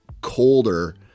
colder